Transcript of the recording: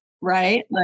Right